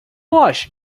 watch